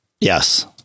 yes